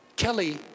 Kelly